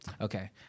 okay